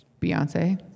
beyonce